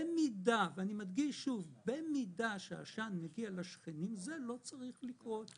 במידה שהעשן מגיע לשכנים, זה לא צריך לקרות.